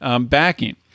backing